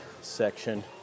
section